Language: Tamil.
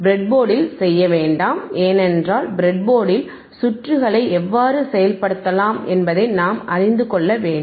ப்ரெட்போர்டில் செய்ய வேண்டாம் ஏனென்றால் ப்ரெட்போர்டில் சுற்றுகளை எவ்வாறு செயல்படுத்தலாம் என்பதை நாம் அறிந்து கொள்ள வேண்டும்